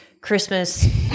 Christmas